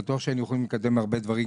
כי אני בטוח שהיינו יכולים לקדם הרבה דברים,